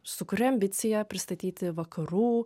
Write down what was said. sukuria ambiciją pristatyti vakarų